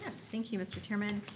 thank you, mr. chairman.